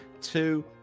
two